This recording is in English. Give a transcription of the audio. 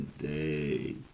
today